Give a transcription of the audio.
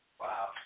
Wow